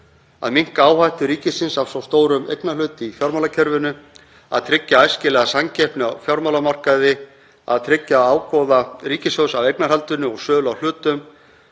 Að minnka áhættu ríkisins af svo stórum eignarhlut í fjármálakerfinu, að tryggja æskilega samkeppni á fjármálamarkaði, að tryggja ágóða ríkissjóðs af eignarhaldinu og sölu á hlutum,